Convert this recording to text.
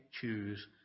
choose